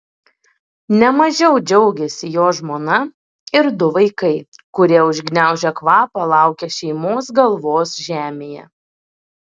ne mažiau džiaugėsi jo žmona ir du vaikai kurie užgniaužę kvapą laukė šeimos galvos žemėje